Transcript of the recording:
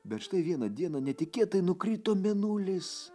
bet štai vieną dieną netikėtai nukrito mėnulis